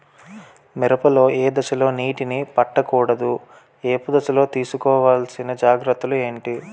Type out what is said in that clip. మిరప లో ఏ దశలో నీటినీ పట్టకూడదు? ఏపు దశలో తీసుకోవాల్సిన జాగ్రత్తలు ఏంటి?